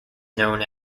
known